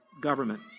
government